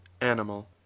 animal